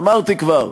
אמרתי כבר,